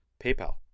PayPal